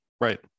Right